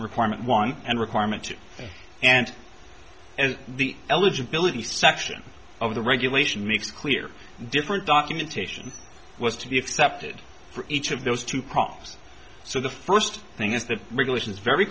requirement one and requirement and and the eligibility section of the regulation makes clear different documentation was to be accepted for each of those two problems so the first thing is that religion is very